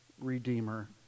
redeemer